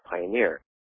Pioneer